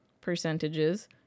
percentages